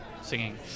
singing